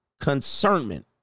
concernment